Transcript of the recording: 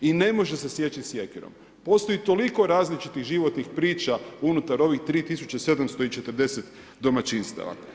I ne može se sjeći sjekirom, postoji toliko različitih životnih priča unutar ovih 3740 domaćinstava.